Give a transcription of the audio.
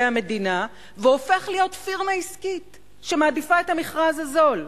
המדינה והופך להיות פירמה עסקית שמעדיפה את המכרז הזול?